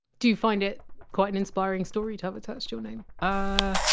do you find it quite an inspiring story to have attached your name? ah